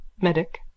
Medic